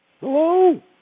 Hello